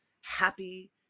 happy